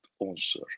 answer